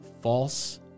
false